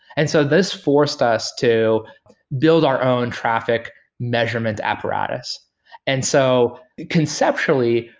and so this forced us to build our own traffic measurement apparatus and so conceptually,